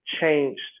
changed